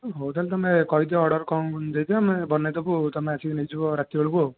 ହଉ ତା ହେଲେ ତମେ କହିଦିଅ ଅର୍ଡର କ'ଣ କ'ଣ ଦେଇଦିଅ ଆମେ ବନାଇ ଦେବୁ ତମେ ଆସିକି ନେଇଯିବ ରାତି ବେଳକୁ